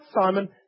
Simon